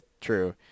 true